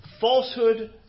falsehood